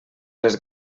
les